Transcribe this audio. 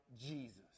Jesus